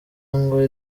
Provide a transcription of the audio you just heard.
ngo